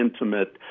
intimate